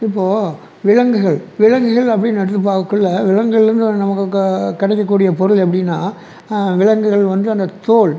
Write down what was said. இப்போ விலங்குகள் விலங்குகள் அப்படின்னு எடுத்து பாக்கக்குள்ளே விலங்குகள்லேந்து நமக்கு க கிடைக்கக்கூடிய பொருள் அப்படின்னா விலங்குகள் வந்து அந்த தோல்